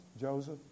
Joseph